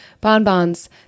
Bonbons